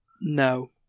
No